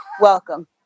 Welcome